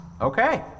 Okay